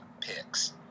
picks